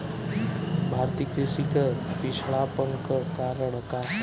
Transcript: भारतीय कृषि क पिछड़ापन क कारण का ह?